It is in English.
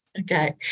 Okay